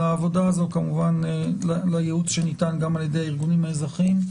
על העבודה הזו; כמובן לייעוץ שניתן גם על ידי הארגונים האזרחיים.